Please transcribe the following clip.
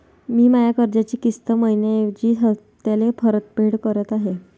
मी माया कर्जाची किस्त मइन्याऐवजी हप्त्याले परतफेड करत आहे